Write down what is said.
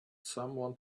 someone